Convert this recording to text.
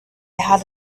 had